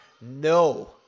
no